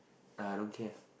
uh I don't care lah